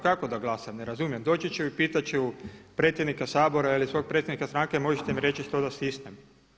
Kako, kako da glasam, ne razumijem, doći ću i pitati ću predsjednika Sabora ili svoga predsjednika stranke, možete mi reći što da stisnem.